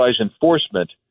enforcement